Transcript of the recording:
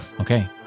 okay